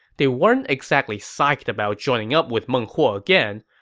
they weren't exactly psyched about joining up with meng huo again,